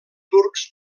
turcs